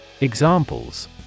Examples